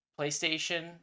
PlayStation